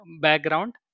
background